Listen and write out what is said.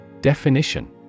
Definition